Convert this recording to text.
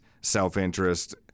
self-interest